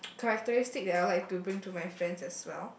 characteristic that I would like to bring to my friends as well